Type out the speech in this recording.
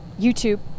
youtube